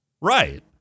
Right